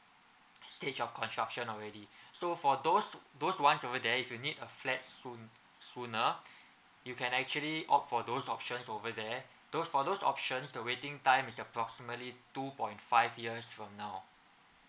stage of construction already so for those those ones over there if you need a flat soon sooner you can actually opt for those options over there those for those options the waiting time is approximately two point five years from now